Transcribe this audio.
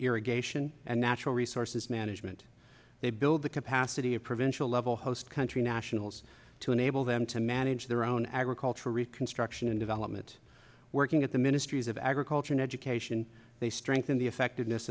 irrigation and natural resources management they build the capacity of provincial level host country nationals to enable them to manage their own agriculture reconstruction and development working at the ministries of agriculture and education strengthen the effectiveness